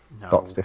No